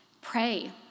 pray